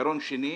עיקרון שני,